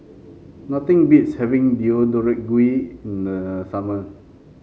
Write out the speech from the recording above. nothing beats having Deodeok Gui in the summer